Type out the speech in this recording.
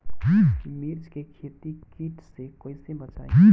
मिर्च के खेती कीट से कइसे बचाई?